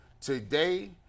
Today